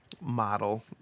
model